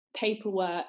paperwork